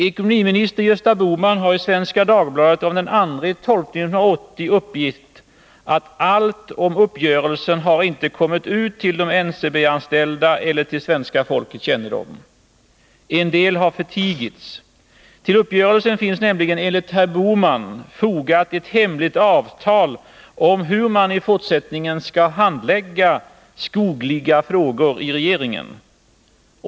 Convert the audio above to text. Ekonomiministern Gösta Bohman har i Svenska Dagbladet av den 2 december 1980 uppgett att allt om uppgörelsen inte har kommit ut till de NCB-anställdas eller svenska folkets kännedom. En del har förtigits. Till uppgörelsen finns nämligen, enligt herr Bohman, fogat ett hemligt avtal om hur man i fortsättningen skall handlägga skogliga frågor i regeringen.